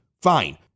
fine